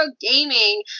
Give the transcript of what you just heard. gaming